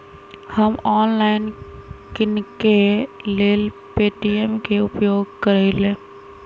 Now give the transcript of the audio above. हम ऑनलाइन किनेकेँ लेल पे.टी.एम के उपयोग करइले